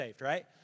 right